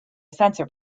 sensor